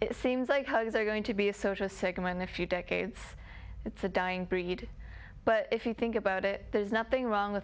it seems like how they're going to be a socialist second when the few decades it's a dying breed but if you think about it there's nothing wrong with